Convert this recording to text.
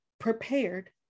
prepared